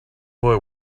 boy